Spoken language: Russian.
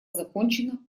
закончена